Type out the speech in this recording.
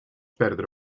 perdre